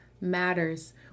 matters